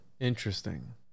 interesting